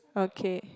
okay